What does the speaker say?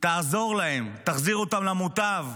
תעזור להם, תחזיר אותם למוטב,